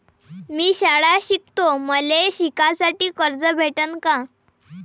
मी शाळा शिकतो, मले शिकासाठी कर्ज भेटन का?